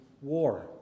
war